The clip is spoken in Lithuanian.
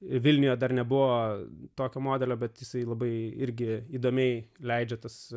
vilniuje dar nebuvo tokio modelio bet jisai labai irgi įdomiai leidžia tas